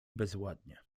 bezładnie